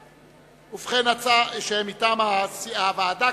כמובן,